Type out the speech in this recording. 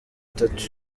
itatu